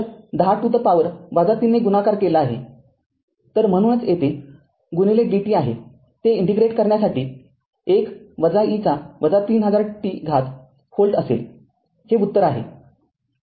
तर१० to the power ३ ने गुणाकार केला आहे तरम्हणूनच येथे dtआहे ते इंटिग्रेट करण्यासाठी १ e ३000t व्होल्ट असेल हे उत्तर आहे